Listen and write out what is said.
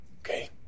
okay